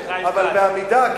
אבל בעמידה,